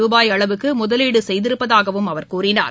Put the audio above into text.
ரூபாய் அளவுக்கு முதலீடு செய்திருப்பதாகவும் அவர் கூறினார்